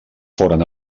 foren